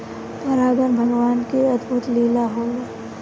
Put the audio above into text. परागन भगवान के अद्भुत लीला होला